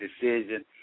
decision